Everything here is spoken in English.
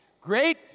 Great